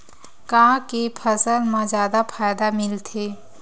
का के फसल मा जादा फ़ायदा मिलथे?